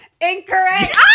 incorrect